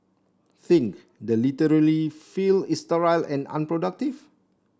think the literally field is sterile and unproductive